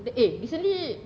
eh recently